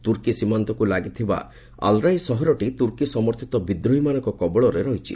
ତୁର୍କୀ ସୀମାନ୍ତକୁ ଲାଗିଥିବା ଆଲ୍ରାଇ ସହରଟି ତୁର୍କୀ ସମର୍ଥିତ ବିଦ୍ରୋହୀମାନଙ୍କ କବଳରେ ରହିଛି